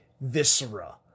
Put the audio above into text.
Viscera